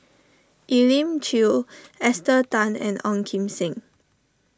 Elim Chew Esther Tan and Ong Kim Seng